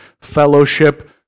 fellowship